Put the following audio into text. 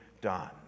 done